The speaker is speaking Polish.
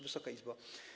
Wysoka Izbo!